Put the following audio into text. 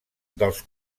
dels